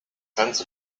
sense